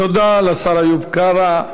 תודה לשר איוב קרא.